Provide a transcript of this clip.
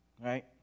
Right